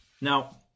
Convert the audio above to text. Now